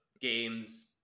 games –